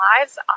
lives